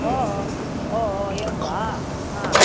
ओ ओ एवं वा हा